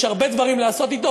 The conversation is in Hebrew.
יש הרבה דברים לעשות אתו,